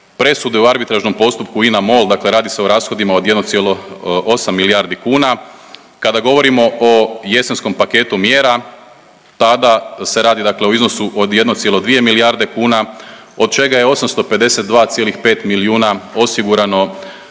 presude u arbitražnom postupku INA-MOL dakle radi se o rashodima od 1,8 milijardi kuna. Kada govorimo o jesenskom paketu mjera tada se radi o iznosu od 1,2 milijarde kuna od čega je 852,5 milijuna osigurano